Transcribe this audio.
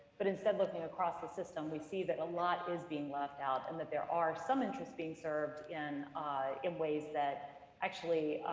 but instead looking across the system, we see that a lot is being left out and that there are some interests being served in ah in ways that actually